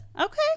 Okay